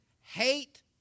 Hate